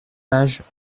page